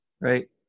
right